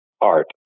art